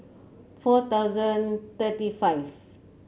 four thousand thirty five